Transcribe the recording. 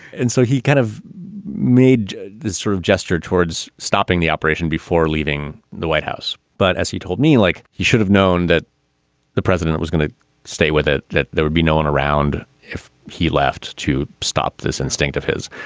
and so he kind of made this sort of gesture towards stopping the operation before leaving the white house. but as he told me, like he should have known that the president was going to stay with it, that there would be no one around if he left to stop this instinct of his.